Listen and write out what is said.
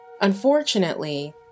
Unfortunately